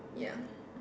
ya